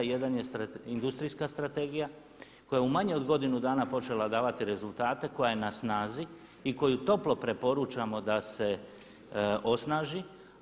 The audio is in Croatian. Jedan je Industrijska strategija koja je u manje od godinu dana počela davati rezultate, koja je na snazi i koju toplo preporučamo da se osnaži.